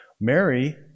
Mary